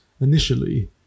initially